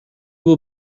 will